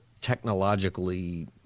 technologically